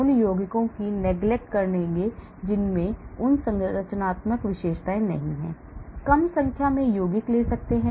इसलिए हम उन यौगिकों की neglect करेंगे जिनमें उन संरचनात्मक विशेषताएं नहीं हैं कम संख्या में यौगिक ले सकते हैं